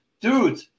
dude